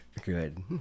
good